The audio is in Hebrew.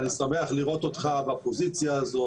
אני שמח לראות אותך בפוזיציה הזאת,